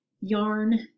yarn